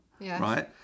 right